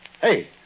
Hey